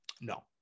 No